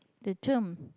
the germ